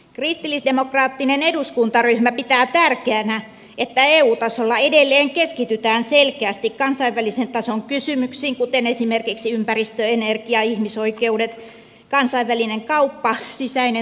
kristillisdemokraattinen eduskuntaryhmä pitää tärkeänä että eu tasolla edelleen keskitytään selkeästi kansainvälisen tason kysymyksiin kuten esimerkiksi ympäristö energia ihmisoikeudet kansainvälinen kauppa sisäinen turvallisuus ja kehitysyhteistyö